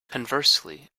conversely